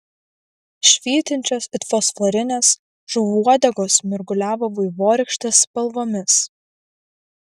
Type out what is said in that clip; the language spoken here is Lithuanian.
švytinčios it fosforinės žuvų uodegos mirguliavo vaivorykštės spalvomis